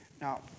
Now